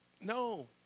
No